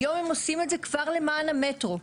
היום עושים את זה כבר למען המטרו,